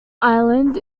island